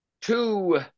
two